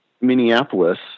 Minneapolis